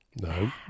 no